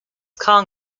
kahn